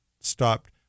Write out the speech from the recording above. stopped